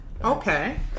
Okay